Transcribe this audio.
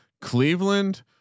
Cleveland